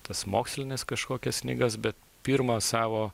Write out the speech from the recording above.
tas mokslines kažkokias knygas bet pirmą savo